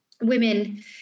women